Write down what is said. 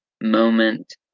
moment